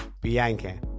Bianca